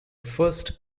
first